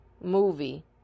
movie